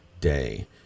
day